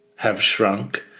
have shrunk.